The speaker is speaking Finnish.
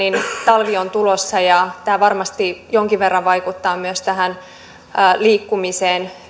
talvi on tulossa ja tämä varmasti jonkin verran vaikuttaa myös liikkumiseen